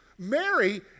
Mary